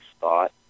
thought